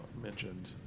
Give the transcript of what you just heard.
mentioned